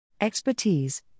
Expertise